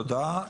תודה.